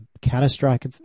catastrophic